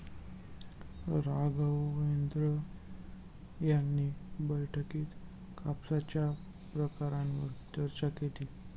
राघवेंद्र यांनी बैठकीत कापसाच्या प्रकारांवर चर्चा केली